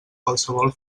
qualsevol